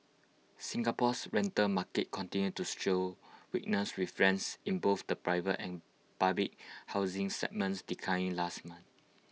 Singapore's rental market continued to show weakness with friends in both the private and public housing segments declining last month